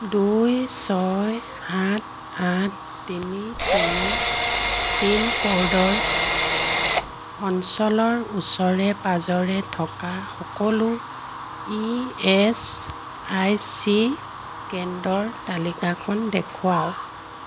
দুই ছয় সাত আঠ তিনি তিনি পিনক'ডৰ অঞ্চলৰ ওচৰে পাঁজৰে থকা সকলো ই এছ আই চি কেন্দ্ৰৰ তালিকাখন দেখুৱাওক